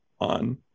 on